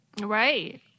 right